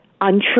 untrue